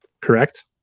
Correct